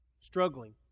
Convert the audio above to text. Struggling